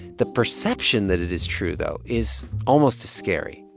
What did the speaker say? the perception that it is true, though, is almost as scary.